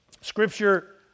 Scripture